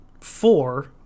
four